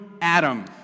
Adam